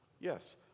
Yes